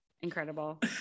incredible